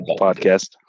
podcast